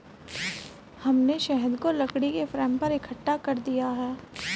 हमने शहद को लकड़ी के फ्रेम पर इकट्ठा कर दिया है